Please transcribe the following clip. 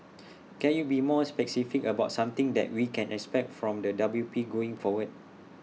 can you be more specific about something that we can expect from the W P going forward